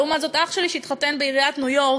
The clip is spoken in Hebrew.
ולעומת זאת אח שלי שהתחתן בעיריית ניו-יורק,